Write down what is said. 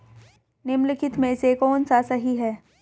निम्नलिखित में से कौन सा सही है?